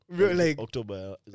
October